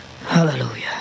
Hallelujah